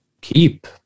keep